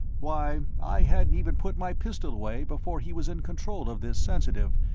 why, i hadn't even put my pistol away before he was in control of this sensitive,